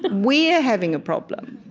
but we're having a problem.